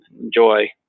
enjoy